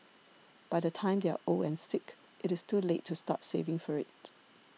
by the time they are old and sick it is too late to start saving for it